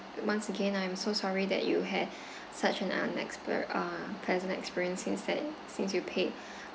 once again I'm so sorry that you had such an unexpe~ uh pleasant experience since that since you paid